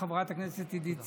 לחברת הכנסת עידית סילמן,